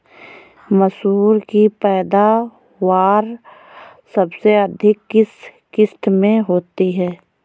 मसूर की पैदावार सबसे अधिक किस किश्त में होती है?